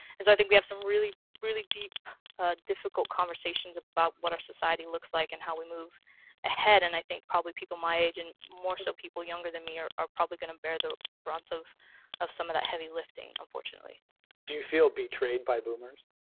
and so i think we have some really really deep ah difficult conversations about what our society looks like and how we move ahead and i think probably people my age and more so people younger than me are are probably going to bear the brunt of of some of that heavy lifting unfortunately do you feel betrayed by boomers?